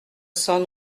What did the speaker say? cents